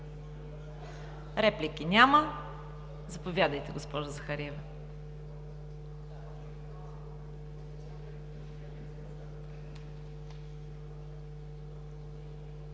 Реплики? Няма. Заповядайте, госпожо Захариева.